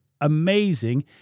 amazing